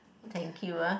thank you ah